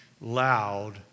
loud